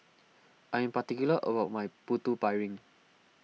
I am particular about my Putu Piring